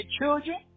children